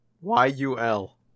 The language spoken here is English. Y-U-L